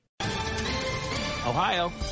Ohio